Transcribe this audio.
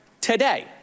today